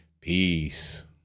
Peace